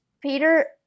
Peter